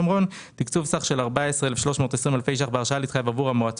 תקצוב סך של 13,000 אלפי ש"ח בהרשאה להתחייב עבור פיתוח